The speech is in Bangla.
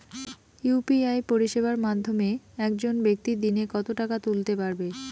ইউ.পি.আই পরিষেবার মাধ্যমে একজন ব্যাক্তি দিনে কত টাকা তুলতে পারবে?